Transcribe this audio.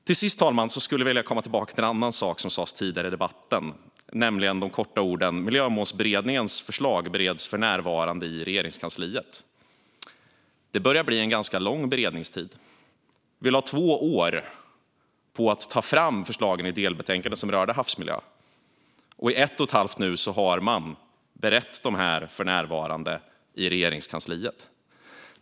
Till sist, herr talman, skulle jag vilja komma tillbaka till en sak som sas tidigare i debatten, nämligen de korta orden: Miljömålsberedningens förslag bereds för närvarande i Regeringskansliet. Det börjar bli en ganska lång beredningstid. Vi lade två år på att ta fram förslagen i det delbetänkande som rörde havsmiljö, och i ett och ett halvt år nu har man berett detta i Regeringskansliet.